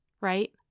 Right